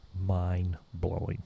mind-blowing